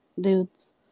dudes